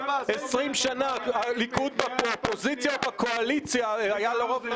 20 שנה הליכוד בקואליציה, היה לו רוב.